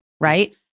right